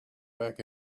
back